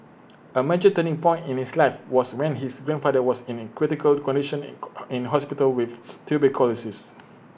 A major turning point in his life was when his grandfather was in A critical condition in in hospital with tuberculosis